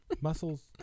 Muscle's